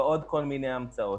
ועוד כל מיני המצאות.